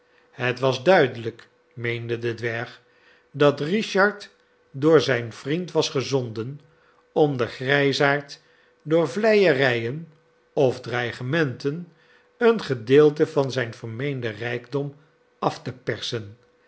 het was duidelijk meende de dwerg dat richard door zijn vriend was gezonden om den grijsaard door vleierijen of dreigementen een gedeelte van zijn vermeenden rijkdom af te persen